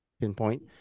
pinpoint